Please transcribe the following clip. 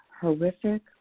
horrific